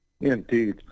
indeed